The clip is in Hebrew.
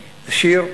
שיר,